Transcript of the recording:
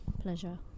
pleasure